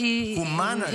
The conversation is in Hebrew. ואולם,